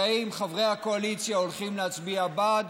האם חברי הקואליציה הולכים להצביע בעד